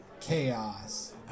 chaos